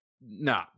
no